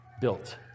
built